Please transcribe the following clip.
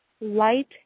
light